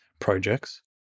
projects